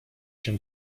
się